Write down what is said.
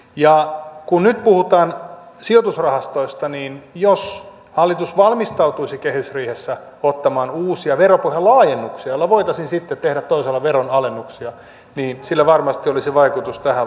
ja kun nyt puhutaan sijoitusrahastoista niin jos hallitus valmistautuisi kehysriihessä ottamaan uusia veropohjan laajennuksia joilla voitaisiin sitten tehdä toisaalla veronalennuksia niin sillä varmasti olisi vaikutus tähän lakiin